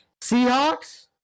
Seahawks